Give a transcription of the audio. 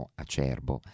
acerbo